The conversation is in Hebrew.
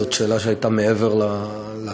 זאת שאלה שהייתה מעבר לכתוב,